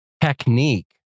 technique